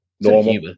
normal